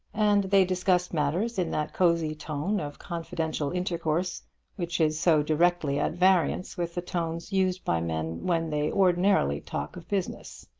and they discussed matters in that cozy tone of confidential intercourse which is so directly at variance with the tones used by men when they ordinarily talk of business.